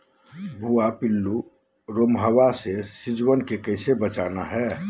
भुवा पिल्लु, रोमहवा से सिजुवन के कैसे बचाना है?